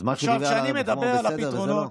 אז מה שהוא דיבר עליו אתמול בסדר וזה לא.